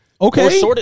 Okay